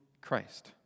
Christ